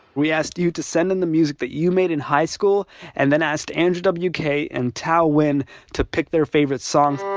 we asked you to send in the music that you made in high school and then asked andrew w k. and tao winn to pick their favorite songs